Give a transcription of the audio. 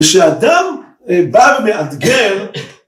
‫ושאדם בא ומאתגר...